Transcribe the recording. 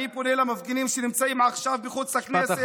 אני פונה למפגינים שנמצאים עכשיו מחוץ לכנסת,